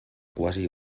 quasi